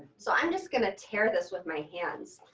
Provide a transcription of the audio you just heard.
so i'm just going to tear this with my hands.